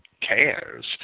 cares